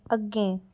अग्गें